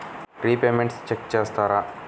Repayments check చేస్తారా?